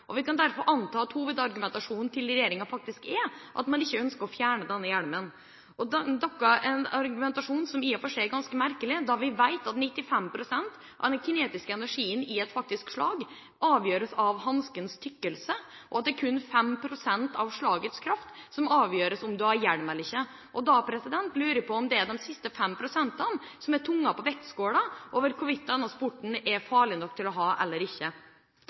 Vi kan derfor anta at hovedargumentasjonen til regjeringen faktisk er at man ikke ønsker å fjerne denne hjelmen. Det er i og for seg ganske merkelig, da vi vet at 95 pst. av den kinetiske energien i et faktisk slag avgjøres av hanskens tykkelse, og at det kun er 5 pst. av slagets kraft som avgjøres av om du har hjelm eller ikke. Da lurer jeg på om det er de siste fem prosentene som er tungen på vektskåla over hvorvidt denne sporten er farlig nok til å ha eller ikke.